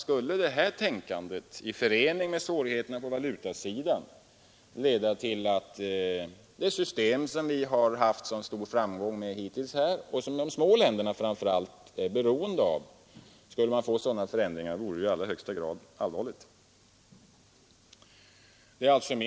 Skulle detta tänkande i förening med svårigheter på valutasidan leda till sådana förändringar i det system som vi hittills haft så stor framgång med och som framför allt de små länderna är beroende av, då vore det i högsta grad allvarligt.